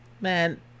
Man